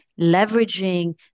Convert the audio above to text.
leveraging